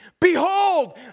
Behold